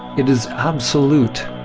it is absolute,